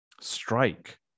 strike